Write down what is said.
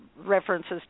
references